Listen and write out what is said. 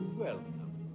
welcome